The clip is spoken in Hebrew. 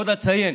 עוד אציין